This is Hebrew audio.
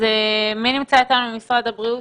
מי נמצא איתנו ממשרד הבריאות?